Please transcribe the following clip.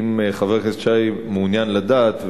אם חבר הכנסת שי מעוניין לדעת,